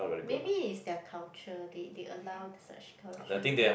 maybe is their culture they they allow such culture there